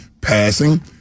Passing